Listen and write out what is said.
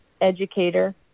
educator